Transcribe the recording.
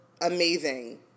amazing